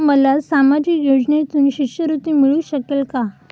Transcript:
मला सामाजिक योजनेतून शिष्यवृत्ती मिळू शकेल का?